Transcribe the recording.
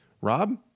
Rob